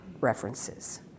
references